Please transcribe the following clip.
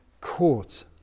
Court